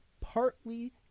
partly